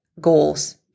goals